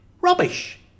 Rubbish